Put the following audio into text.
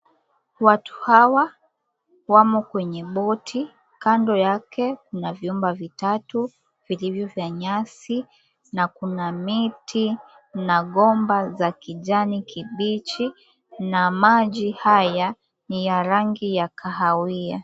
Watu hawa wamo kwenye boti kando yake kuna vyumba vitatu vilivyo vya nyasi na kuna miti na gomba za kijani kibichi na maji haya ni ya rangi ya kahawia.